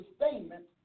sustainment